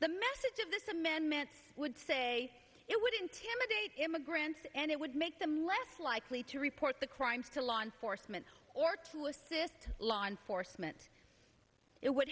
the message of this amendment would say it would intimidate immigrants and it would make them less likely to report the crimes to law enforcement or to assist law enforcement